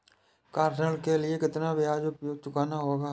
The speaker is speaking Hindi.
कार ऋण के लिए कितना ब्याज चुकाना होगा?